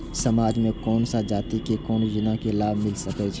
समाज में कोन सा जाति के कोन योजना के लाभ मिल सके छै?